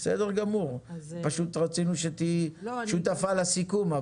בסדר גמור, פשוט רצינו שתהיי שותפה לסיכום.